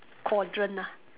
quadrant ah